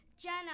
Jenna